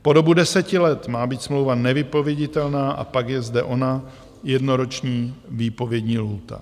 Po dobu 10 let má být smlouva nevypověditelná a pak je zde ona jednoroční výpovědní lhůta.